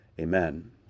amen